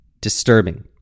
disturbing